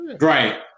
right